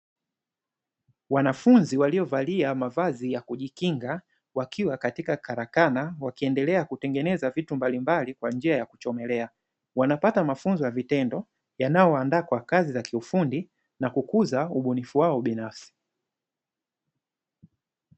Wanafunzi waliovalia mavazi ya kujikinga wakiwa katika karakana, wakiendelea kutengeneza vitu mbalimbali kwa njia ya kuchomelea, wanapata mafunzo ya vitendo yanayowaandaa kwa kazi za kiufundi na kukuza ubunifu wao binafsi.